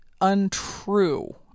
untrue